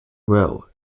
well